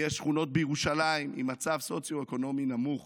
יש שכונות בירושלים עם מצב סוציו-אקונומי נמוך